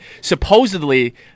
supposedly